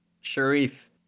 Sharif